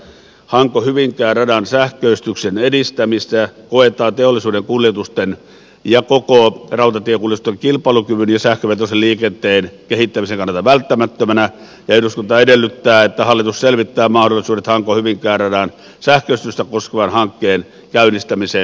hankohyvinkää radan sähköistyksen edistäminen koetaan teollisuuden kuljetusten ja koko rautatiekuljetusten kilpailukyvyn ja sähkövetoisen liikenteen kehittämisen kannalta välttämättömänä ja eduskunta edellyttää että hallitus selvittää mahdollisuudet hankohyvinkää radan sähköistystä koskevan hankkeen käynnistämiseen